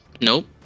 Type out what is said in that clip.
Nope